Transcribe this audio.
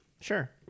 Sure